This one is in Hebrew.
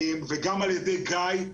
וגם על ידי גיא,